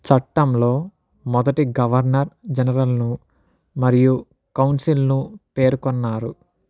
చట్టంలో మొదటి గవర్నర్ జనరల్ను మరియు కౌన్సిల్ను పేర్కొన్నారు